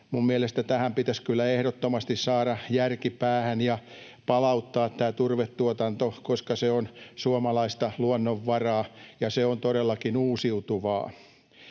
mielestäni tähän pitäisi kyllä ehdottomasti saada järki päähän ja palauttaa tämä turvetuotanto, koska se on suomalaista luonnonvaraa ja se on todellakin uusiutuvaa.